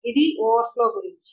ఇది ఓవర్ఫ్లో గురించి